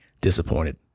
disappointed